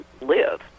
live